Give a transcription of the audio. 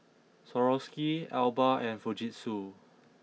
Swarovski Alba and Fujitsu